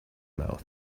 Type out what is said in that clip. mouth